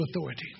authority